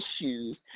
issues